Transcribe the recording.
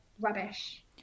rubbish